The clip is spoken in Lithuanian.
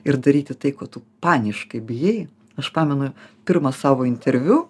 ir daryti tai ko tu paniškai bijai aš pamenu pirmą savo interviu